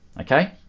okay